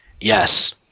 Yes